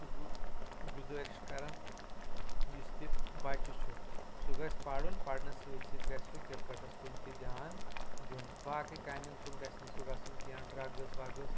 چھُس بہٕ گُزارِش کران یُس تہِ بچہٕ چھُ سہُ گژھِ پرُن پرنَس سۭتۍ سۭتۍ گژھِ سہُ کِرکٹس کُن تہِ دیان دیُن باقٕے کامِین کُن گژھِ نہٕ سہُ گژھُن کیٛنٚہہ ڈریگٕس ویگٕس